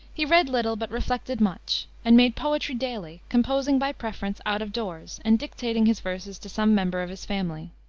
he read little, but reflected much, and made poetry daily, composing, by preference, out of doors, and dictating his verses to some member of his family.